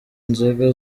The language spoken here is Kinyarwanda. inzoga